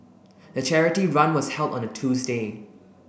the charity run was held on a Tuesday